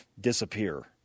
disappear